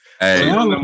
Hey